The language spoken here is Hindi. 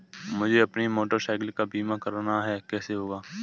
मुझे अपनी मोटर साइकिल का बीमा करना है कैसे होगा?